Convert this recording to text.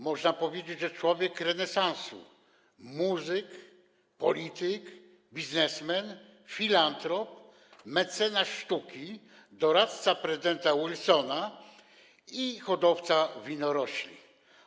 Można powiedzieć, że to człowiek renesansu: muzyk, polityk, biznesman, filantrop, mecenas sztuki, doradca prezydenta Wilsona i hodowca winorośli.